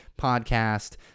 podcast